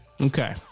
Okay